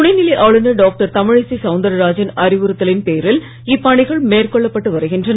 துணைநிலை ஆளுநர் டாக்டர் தமிழிசை சவுந்தரராஜன் அறிவுறுத்தலின் பேரில் இப்பணிகள் மேற்கொள்ளப்பட்டு வருகின்றன